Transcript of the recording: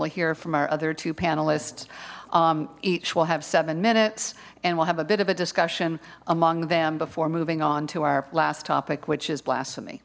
we'll hear from our other two panelists each will have seven minutes and will have a bit of a discussion among them before moving on to our last topic which is blas